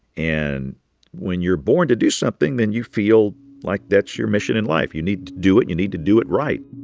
and when you're born to do something, then you feel like that's your mission in life. you need to do it. and you need to do it right